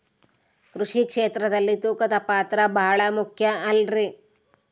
ಕೃಷಿ ಕ್ಷೇತ್ರದಲ್ಲಿ ತೂಕದ ಪಾತ್ರ ಬಹಳ ಮುಖ್ಯ ಅಲ್ರಿ?